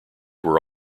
were